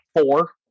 four